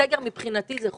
סגר מבחינתי זה חוק,